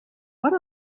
what